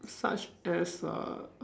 such as uh